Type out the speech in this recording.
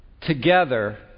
together